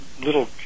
little